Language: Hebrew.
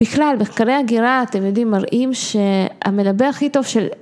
בכלל, מחקרי הגירה, אתם יודעים, מראים שהמנבא הכי טוב של